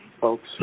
folks